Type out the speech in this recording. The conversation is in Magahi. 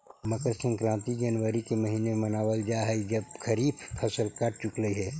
मकर संक्रांति जनवरी के महीने में मनावल जा हई जब खरीफ फसल कट चुकलई हे